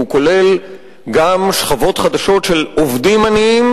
והוא כולל גם שכבות חדשות של עובדים עניים,